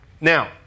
Now